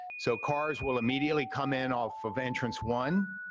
so, cars will immediately come in off of entrance one,